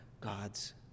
God's